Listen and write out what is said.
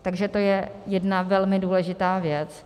Takže to je jedna velmi důležitá věc.